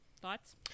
Thoughts